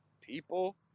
People